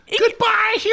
Goodbye